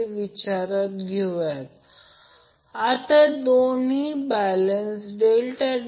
त्याचप्रमाणे r IBC आणि ICA हे IBC VbcZ ∆ ICA VcaZ ∆ आहे